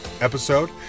episode